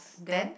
then